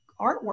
artwork